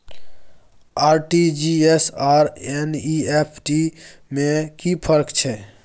RTG S आर NEFT में कि फर्क छै?